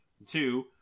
Two